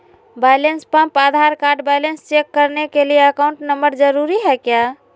Balance पंप Aadhaar card balance check करने के लिए अकाउंट नंबर जरूरी है क्या?